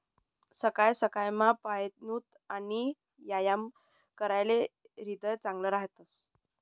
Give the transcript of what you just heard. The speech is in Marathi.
सकाय सकायमा पयनूत आणि यायाम कराते ह्रीदय चांगलं रहास